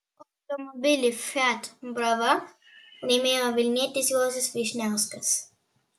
automobilį fiat brava laimėjo vilnietis juozas vyšniauskas